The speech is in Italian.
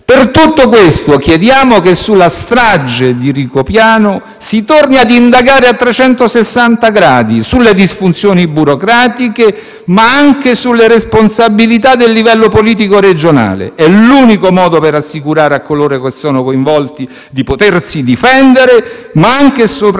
Per tutto questo chiediamo che sulla strage di Rigopiano si torni ad indagare a trecentosessanta gradi sulle disfunzioni burocratiche, ma anche sulle responsabilità di livello politico regionale. È l'unico modo per assicurare a coloro che sono coinvolti di potersi difendere, ma anche e soprattutto